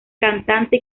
cantante